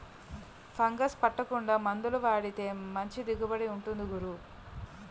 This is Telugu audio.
ఫంగస్ పట్టకుండా మందులు వాడితే మంచి దిగుబడి ఉంటుంది గురూ